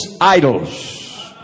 idols